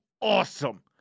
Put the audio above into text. awesome